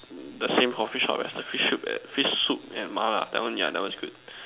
the same Coffee shop as the fish soup fish soup and mah lah that one yeah that one is good